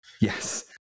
Yes